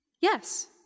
Yes